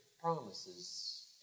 promises